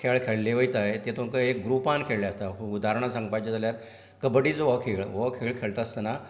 खेळ खेळ्ळें वयतात तेतूंत एक गृपांत खेळ्ळें आसता उदाहरण सांगपाचे जाल्यार कब्बडीचो हो खेळ हो खेळ खेळटा आसतना